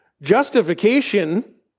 Justification